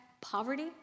poverty